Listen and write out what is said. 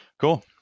Cool